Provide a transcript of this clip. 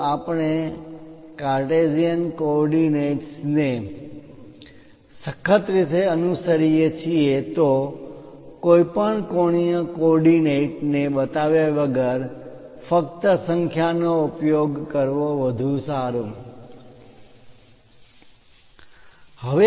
જો આપણે Cartesian coordinates ને સખત રીતે અનુસરીએ છીએ તો કોઈપણ કોણીય કોઓર્ડીનેટ ને બતાવ્યા વગર ફક્ત સંખ્યા નો ઉપયોગ કરવો વધુ સારું છે